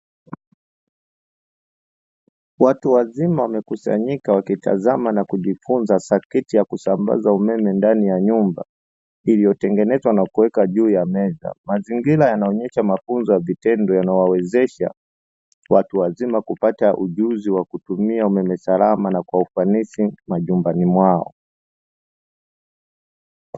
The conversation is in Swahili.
Watu wazima wamekusanyika wakitazama na kuchunguza saketi ya kusambaza umeme ndani ya nyumba iliyotengenezwa na kuwekwa juu ya meza. Mazingira yanaonesha ubora wa vitendo unaowezesha watuwazima kupata ujuzi wa kutumia umeme salama na kwa ufanisi wa majumbani mwao.